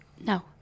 No